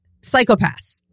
psychopaths